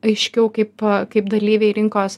aiškiau kaip kaip dalyviai rinkos